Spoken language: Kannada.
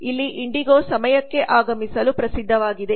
ಇಲ್ಲಿ ಇಂಡಿಗೊ ಸಮಯಕ್ಕೆ ಆಗಮಿಸಲು ಪ್ರಸಿದ್ಧವಾಗಿದೆ